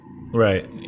Right